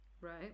Right